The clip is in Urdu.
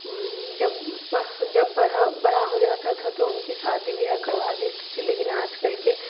جب جب بڑھا بڑھا ہو جاتا تھا تو ان کی شادی بیاہ کروا دیتے تھے لیکن آج کل کے